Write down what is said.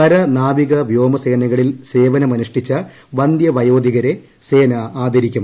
കര നാവിക വ്യോമസേനകളിൽ സേവനമനുഷ്ഠിച്ച വന്ദ്യവയോധികരെ സേന ആദരിക്കും